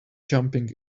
jumping